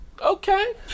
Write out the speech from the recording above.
Okay